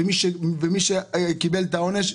ומי שקיבל את העונש,